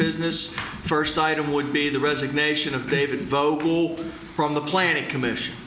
business first item would be the resignation of david vogel from the planning commission